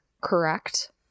correct